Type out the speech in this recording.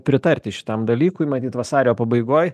pritarti šitam dalykui matyt vasario pabaigoj